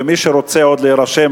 ומי שרוצה להירשם,